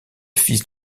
fils